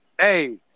hey